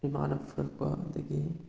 ꯏꯃꯥꯅ ꯐꯨꯔꯛꯄ ꯑꯗꯒꯤ